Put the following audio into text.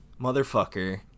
motherfucker